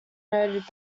noted